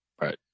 right